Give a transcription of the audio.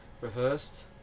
rehearsed